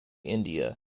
india